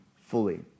fully